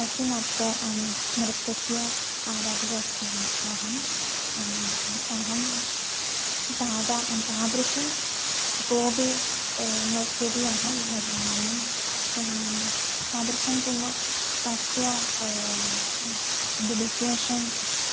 तस्य नर्त नृत्यस्य आराधिका अस्ति अहम् अहं तदा तादृशं कोपि नृत्यति अहं न जानामि तादृशं किं वा तस्य डेडिकेशन्